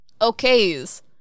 Okays